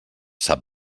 sap